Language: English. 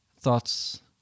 thoughts